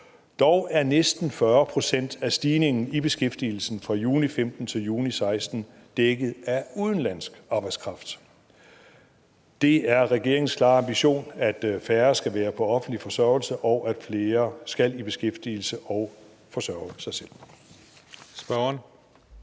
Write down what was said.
Dog er næsten 40 pct. af stigningen i beskæftigelsen fra juni 2015 til juni 2016 dækket af udenlandsk arbejdskraft. Det er regeringens klare ambition, at færre skal være på offentlig forsørgelse, og at flere skal i beskæftigelse og forsørge sig selv.